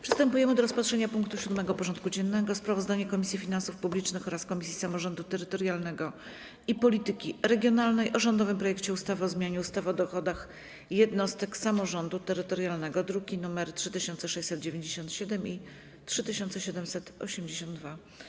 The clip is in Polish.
Przystępujemy do rozpatrzenia punktu 7. porządku dziennego: Sprawozdanie Komisji Finansów Publicznych oraz Komisji Samorządu Terytorialnego i Polityki Regionalnej o rządowym projekcie ustawy o zmianie ustawy o dochodach jednostek samorządu terytorialnego (druki nr 3697 i 3782)